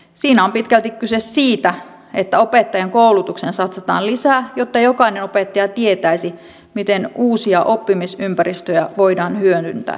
siinä on pitkälti kyse siitä että opettajien koulutukseen satsataan lisää jotta jokainen opettaja tietäisi miten uusia oppimisympäristöjä voidaan hyödyntää